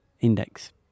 index